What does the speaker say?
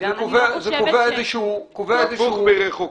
אני לא חושבת -- זה הפוך מרחוקה.